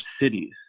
cities